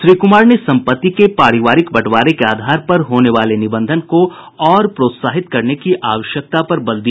श्री कुमार ने सम्पत्ति के पारिवारिक बंटवारे के आधार पर होने वाले निबंधन को ओर प्रोत्साहित करने की आवश्यकता पर बल दिया